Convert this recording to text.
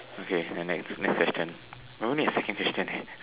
okay then next next question we're only at second question eh